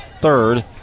third